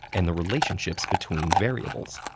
and the relationships between variables.